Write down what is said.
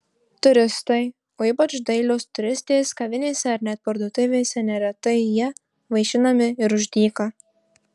turistai o ypač dailios turistės kavinėse ar net parduotuvėse neretai ja vaišinami ir už dyką